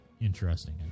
interesting